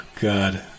god